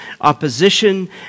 opposition